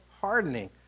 hardening